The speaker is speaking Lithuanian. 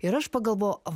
ir aš pagalvojau